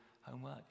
homework